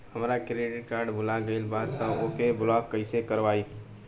हमार credit card भुला गएल बा त ओके ब्लॉक कइसे करवाई?